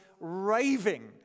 raving